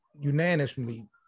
unanimously